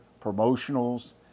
promotionals